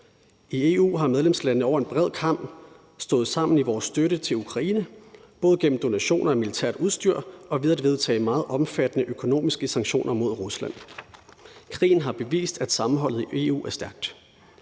I EU har medlemslandene over en bred kam stået sammen om vores støtte til Ukraine både gennem donationer af militært udstyr og ved at vedtage meget omfattende økonomiske sanktioner mod Rusland. Krigen har bevist, at sammenholdet i EU er stærkt.